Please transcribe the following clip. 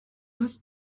hast